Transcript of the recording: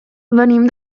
venim